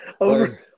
Over